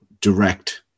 direct